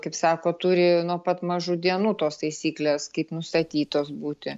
kaip sako turi nuo pat mažų dienų tos taisyklės kaip nustatytos būti